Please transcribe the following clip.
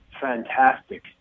fantastic